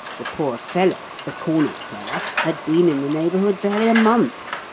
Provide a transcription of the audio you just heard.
the poor fellow, the cornet-player, had been in the neighbourhood barely a month.